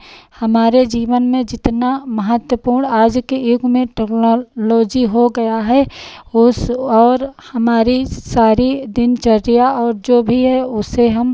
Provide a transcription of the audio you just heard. हमारे जीवन में जितना महत्वपूर्ण आज के युग में टेक्नोलॉजी हो गया है उस और हमारी सारी दिनचर्या और जो भी है उसे हम